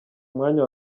umwanya